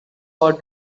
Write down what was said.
war